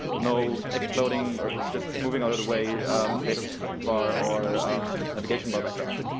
no exploding or just moving a little way status bar or navigation bar background.